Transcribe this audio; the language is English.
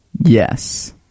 yes